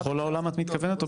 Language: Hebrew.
בכל העולם את מתכוונת?